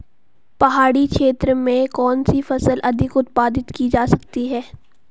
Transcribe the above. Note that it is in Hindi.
पहाड़ी क्षेत्र में कौन सी फसल अधिक उत्पादित की जा सकती है?